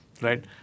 right